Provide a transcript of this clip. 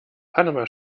panama